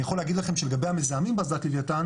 אני יכול להגיד לכם שלגבי המזהמים באסדת לוויתן